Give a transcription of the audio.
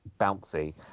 bouncy